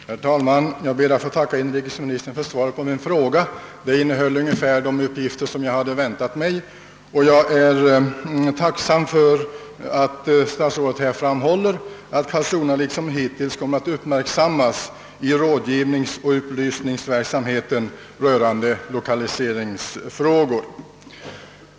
Herr talman! Jag ber att få tacka inrikesministern för svaret på min fråga. Det innehöll ungefär de uppgifter som jag hade väntat mig. Jag är tacksam att statsrådet här framhåller att Karlskrona liksom hittills kommer att uppmärksammas i rådgivningsoch upplysningsverksamheten rörande lokaliseringsfrågor.